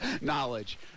knowledge